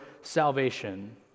salvation